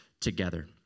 together